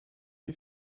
lui